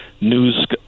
news